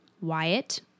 Wyatt